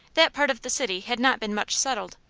that part of the city had not been much settled,